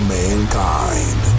mankind